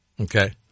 Okay